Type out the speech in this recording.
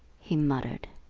he muttered.